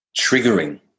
triggering